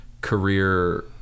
career